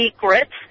secrets